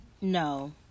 No